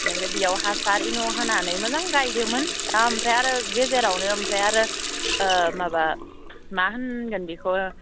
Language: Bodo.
माने बियाव हासार इन' होनानै मोजां गायदोमोन दा ओमफ्राय आरो गेजेरावनो ओमफ्राय आरो माबा मा होनगोन बिखौ